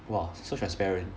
!wah! so transparent